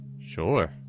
Sure